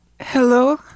Hello